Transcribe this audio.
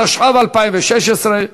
התשע"ו 2016,